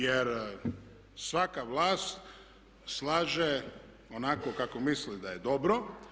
Jer svaka vlast slaže onako kako misli da je dobro.